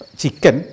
chicken